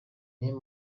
niyo